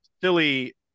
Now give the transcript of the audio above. silly